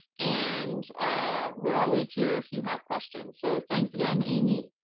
and ah we're always here if you have questions. so thanks again amy.